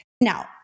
Now